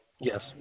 Yes